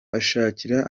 ashakira